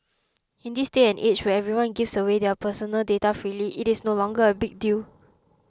in this day and age where everyone gives away their personal data freely it is no longer a big deal